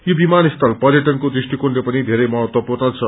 यो विमानस्थल पर्यटनको दृष्टिकोणले पनि धेरै महलूपर्ण छ